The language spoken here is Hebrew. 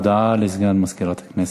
הודעה לסגן מזכירת הכנסת.